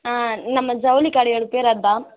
ஆ நம்ம ஜவுளி கடையோடய பேர் அதுதான்